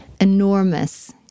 enormous